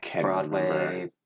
Broadway